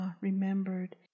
remembered